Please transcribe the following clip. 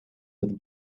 het